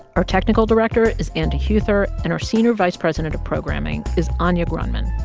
our technical director is andy huether, and our senior vice president of programming is anya grundmann.